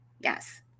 Yes